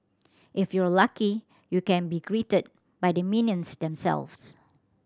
if you're lucky you can be greeted by the minions themselves